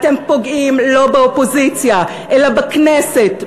אתם פוגעים לא באופוזיציה אלא בכנסת,